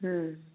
उम